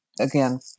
Again